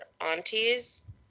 aunties